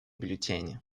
бюллетени